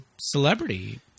celebrity